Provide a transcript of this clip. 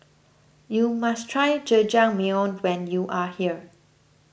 you must try Jajangmyeon when you are here